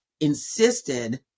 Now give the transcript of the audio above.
insisted